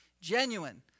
genuine